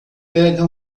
pega